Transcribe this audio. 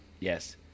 Yes